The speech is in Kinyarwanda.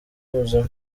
muzima